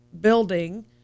building